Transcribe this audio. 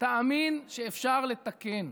תאמין שאפשר לתקן.